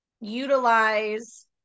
utilize